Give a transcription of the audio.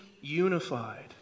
unified